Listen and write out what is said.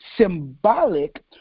symbolic